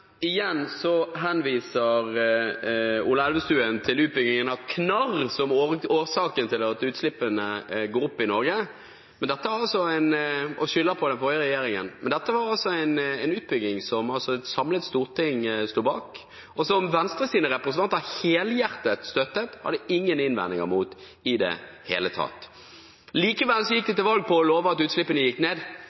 henviser Ola Elvestuen til utbyggingen av Knarr som årsaken til at utslippene går opp i Norge, og skylder på den forrige regjeringen. Men dette var en utbygging som et samlet storting sto bak, og som Venstres representanter helhjertet støttet og hadde ingen innvendinger mot i det hele tatt. Likevel gikk de til valg på å love at utslippene skulle gå ned,